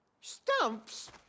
Stumps